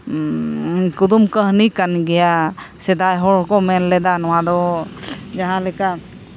ᱠᱩᱫᱩᱢ ᱠᱟᱹᱦᱱᱤ ᱠᱟᱱ ᱜᱮᱭᱟ ᱥᱮᱫᱟᱭ ᱦᱚᱲ ᱦᱚᱸᱠᱚ ᱢᱮᱱ ᱞᱮᱫᱟ ᱱᱚᱣᱟ ᱫᱚ ᱡᱟᱦᱟᱸᱞᱮᱠᱟ